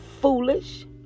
foolish